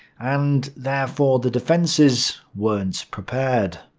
and therefore the defences weren't prepared.